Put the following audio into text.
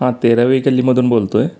हा तेरावी गल्लीतून बोलतो आहे